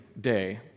day